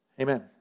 Amen